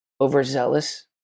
overzealous